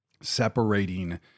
separating